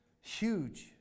Huge